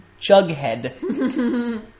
Jughead